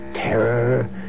terror